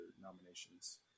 nominations